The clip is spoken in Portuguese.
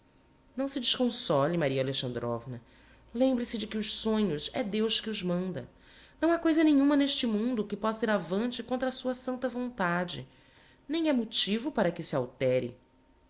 não se desconsole maria alexandrovna lembre-se de que os sonhos é deus que os manda não ha coisa nenhuma n'este mundo que possa ir ávante contra a sua santa vontade nem é motivo para que se altere